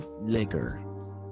liquor